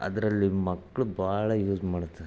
ಅದರಲ್ಲಿ ಮಕ್ಕಳು ಭಾಳ ಯೂಸ್ ಮಾಡ್ತಾರೆ